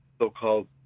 so-called